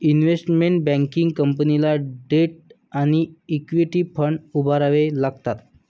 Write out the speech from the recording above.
investment banking कंपनीला debt आणि equity fund उभारावे लागतात